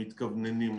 מתכווננים,